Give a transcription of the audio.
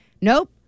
Nope